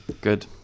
good